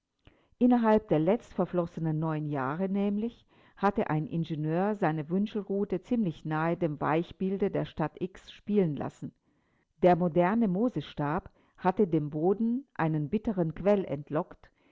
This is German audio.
innerhalb der letztverflossenen neun jahre nämlich hatte ein ingenieur seine wünschelrute ziemlich nahe dem weichbilde der stadt x spielen lassen der moderne mosesstab hatte dem boden einen bitteren quell entlockt